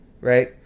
Right